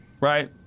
right